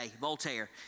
Voltaire